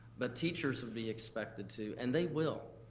but teachers would be expected to, and they will.